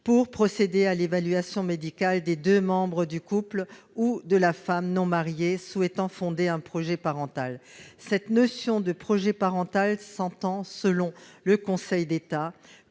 pour procéder à l'évaluation médicale des deux membres du couple ou de la femme non mariée ayant un projet parental. Cette notion de projet parental s'entend, selon le Conseil d'État,